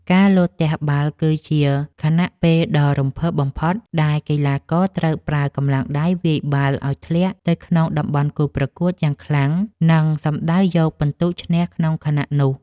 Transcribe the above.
ការលោតទះបាល់ គឺជាខណៈពេលដ៏រំភើបបំផុតដែលកីឡាករត្រូវប្រើកម្លាំងដៃវាយបាល់ឱ្យធ្លាក់ទៅក្នុងតំបន់គូប្រកួតយ៉ាងខ្លាំង និង សំដៅយកពិន្ទុឈ្នះក្នុងខណៈនោះ។